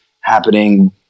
happening